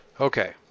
Okay